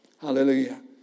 hallelujah